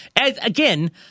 Again